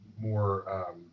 more